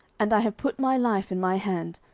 and i have put my life in my hand,